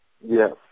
Yes